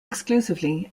exclusively